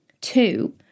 Two